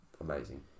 amazing